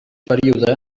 període